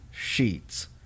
Sheets